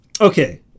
okay